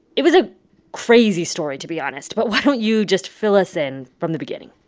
it was a crazy story, to be honest. but why don't you just fill us in from the beginning?